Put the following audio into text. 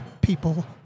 people